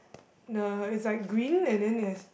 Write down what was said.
the is like green and then there's